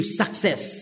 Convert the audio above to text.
success